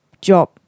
job